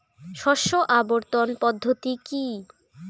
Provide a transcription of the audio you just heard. শস্য আবর্তন পদ্ধতি কি?